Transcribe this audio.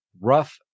rough